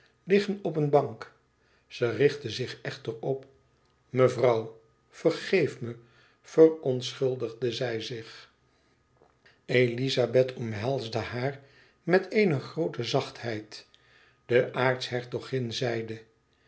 liggen op een bank ze richtte zich echter op mevrouw vergeef me verontschuldigde zij zich elizabeth omhelsde haar met eene groote zachtheid de aartshertogin zeide